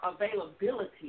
availability